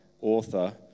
author